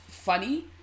Funny